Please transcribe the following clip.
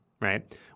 right